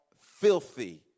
filthy